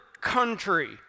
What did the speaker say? country